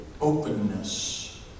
openness